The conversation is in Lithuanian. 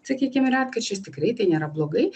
sakykim retkarčiais tikrai tai nėra blogai